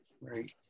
Right